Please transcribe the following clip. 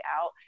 out